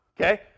okay